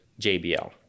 JBL